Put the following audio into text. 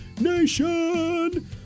Nation